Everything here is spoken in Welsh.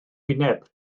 wyneb